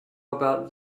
about